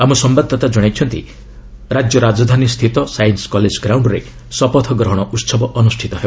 ଆମ ସମ୍ଭାଦଦାତା ଜଣାଇଛନ୍ତି ରାଜ୍ୟ ରାଜଧାନୀସ୍ଥିତ ସାଇନ୍ନ କଲେଜ ଗ୍ରାଉଣ୍ଡ୍ରେ ଶପଥ ଗ୍ରହଣ ଉତ୍ସବ ଅନୁଷ୍ଠିତ ହେବ